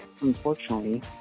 unfortunately